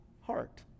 heart